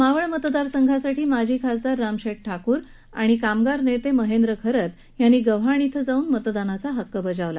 मावळ मतदारसंघासाठी माजी खासदार रामशेठ ठाकूर आणि कामगार नेते महेंद्र घरत यांनी गव्हाण इथं मतदानाचा हक्क बजावला